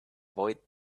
avoid